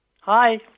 Hi